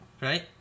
Right